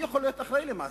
מי יכול להיות אחראי למעשיו?